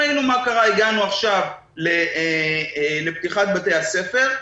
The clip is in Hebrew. ראינו מה קרה הגענו עכשיו לפתיחת בתי הספר,